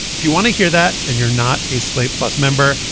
if you want to hear that and you're not a slate plus member,